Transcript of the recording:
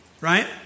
right